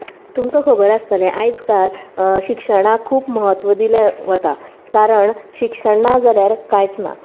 तुमकां खबर आसतलें आयज काल शिक्षणाक खूब म्हत्व दिलें वता कारण शिक्षण ना जाल्यार कांयच ना